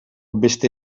beste